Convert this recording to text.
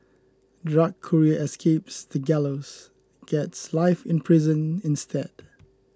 drug courier escapes the gallows gets life in prison instead